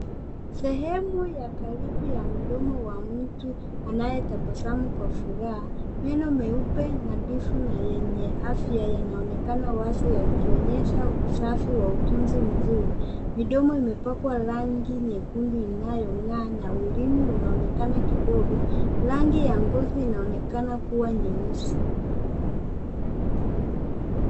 Sehemu ya karibu ya mdomo wa mtu anayetabasamu kwa furaha. Meno meupe na ndefu na yenye afya yanaonekana wazi yakionyesha usafi wa utunzi mzuri. Midomo imepakwa rangi nyekundu inayong'aa na ulimi unaonekana kidogo. Rangi ya ngozi inaonekana kuwa nyeusi.